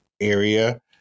area